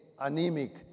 anemic